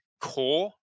core